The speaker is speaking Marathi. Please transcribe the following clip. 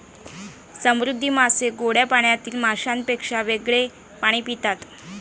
समुद्री मासे गोड्या पाण्यातील माशांपेक्षा वेगळे पाणी पितात